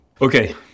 Okay